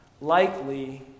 likely